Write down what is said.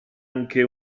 anche